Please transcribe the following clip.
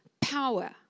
power